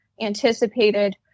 anticipated